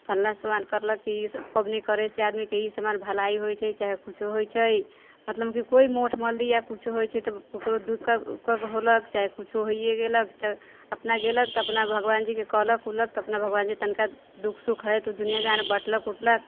फलना सामान करलक की ई पबनी करैसँ आदमी के ई भलाई होइ छै चाहे कुछो होइ छै मतलब की कोइ मोठ मलदी या कुछो होइ छै ककरो दिक्कत उक्कत होलक चाहे कुछो होइए गेलक तऽ अपना गेलक तऽ अपना भगवान जी के कहलक उहलक तऽ अपना भगवान जी तनिका दुःख सुख है तऽ दुनिआँ जहान बँटलक उँटलक